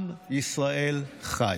עם ישראל חי.